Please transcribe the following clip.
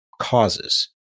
causes